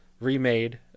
remade